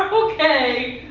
um okay,